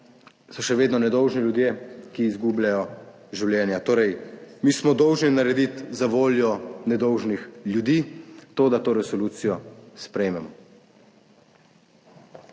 so še vedno nedolžni ljudje, ki izgubljajo življenja. Torej mi smo dolžni narediti zavoljo nedolžnih ljudi to, da to resolucijo sprejmemo.